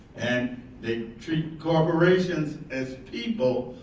and they treat corporations as people,